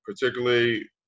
particularly